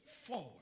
forward